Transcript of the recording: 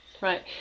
right